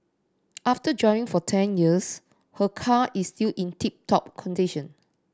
after driving for ten years her car is still in tip top condition